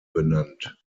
benannt